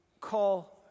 call